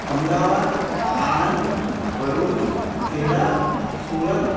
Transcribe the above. Ahmedabad Anand Bharuch Kheda Surat